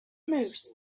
most